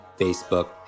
Facebook